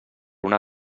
una